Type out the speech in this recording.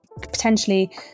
potentially